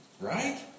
Right